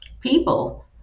people